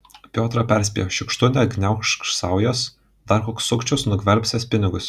piotrą perspėjo šiukštu neatgniaužk saujos dar koks sukčius nugvelbsiąs pinigus